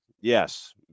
yes